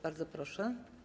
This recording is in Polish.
Bardzo proszę.